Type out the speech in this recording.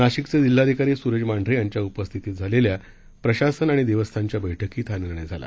नाशिकचे जिल्हाधिकारी सुरज मांढरे यांच्या उपस्थितीत झालेल्या प्रशासन आणि देवस्थानच्या बर्क्कीत हा निर्णय झाला